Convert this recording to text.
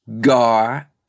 Gar-